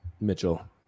Mitchell